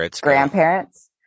grandparents